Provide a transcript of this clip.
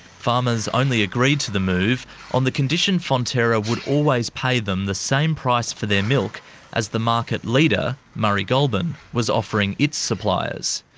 farmers only agreed to the move on the condition fonterra would always pay them the same price for their milk as the market leader, murray goulburn, was offering its suppliers.